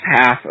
half